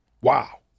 Wow